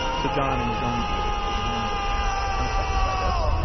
so john, in his own view, is worm dirt now, unaffected by this.